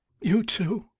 you too oh,